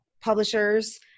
publishers